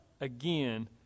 again